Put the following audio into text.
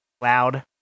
Loud